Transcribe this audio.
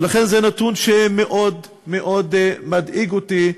ולכן זה נתון שמאוד מאוד מדאיג אותי.